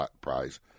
prize